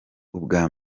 ubwa